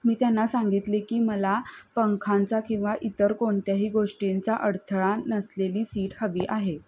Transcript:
मी त्यांना सांगितले की मला पंखांचा किंवा इतर कोणत्याही गोष्टींचा अडथळा नसलेली सीट हवी आहे